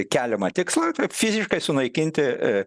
keliamą tikslą fi fiziškai sunaikinti